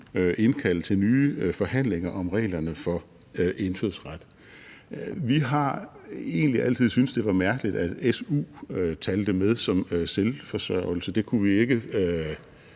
indkalde til nye forhandlinger om reglerne for indfødsret. Vi har egentlig altid syntes, at det var mærkeligt, at su talte med som selvforsørgelse, men vi kunne ikke